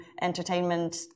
entertainment